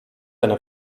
eine